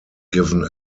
given